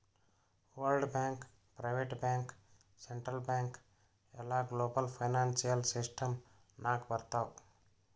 world bank, private bank, central bank ಎಲ್ಲಾ global financial system ನಾಗ್ ಬರ್ತಾವ್